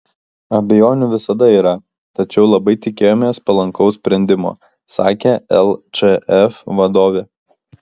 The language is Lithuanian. abejonių visada yra tačiau labai tikėjomės palankaus sprendimo sakė lčf vadovė